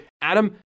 Adam